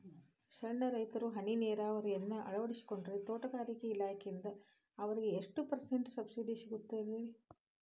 ಸಣ್ಣ ರೈತರು ಹನಿ ನೇರಾವರಿಯನ್ನ ಅಳವಡಿಸಿಕೊಂಡರೆ ತೋಟಗಾರಿಕೆ ಇಲಾಖೆಯಿಂದ ಅವರಿಗೆ ಎಷ್ಟು ಪರ್ಸೆಂಟ್ ಸಬ್ಸಿಡಿ ಸಿಗುತ್ತೈತರೇ?